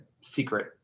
secret